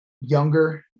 younger